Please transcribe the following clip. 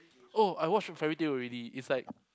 oh I watch Fairy Tail already it's like